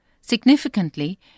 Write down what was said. Significantly